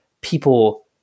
people